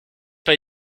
pas